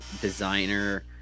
designer